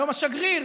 היום השגריר,